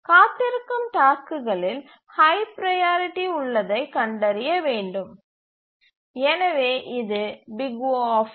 காத்திருக்கும் டாஸ்க்குகளில் high priority உள்ளதைக் கண்டறிய வேண்டும் எனவே இது O